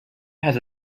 has